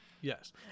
yes